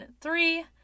three